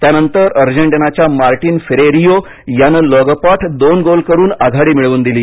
त्यांनतर अर्जेंटिनाच्या Martin Ferreiro यानं लागोपाठ दोन गोल करून आघाडी मिळवून दिली